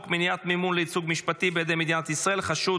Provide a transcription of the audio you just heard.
מניעת מימון לייצוג משפטי בידי מדינת ישראל (חשוד,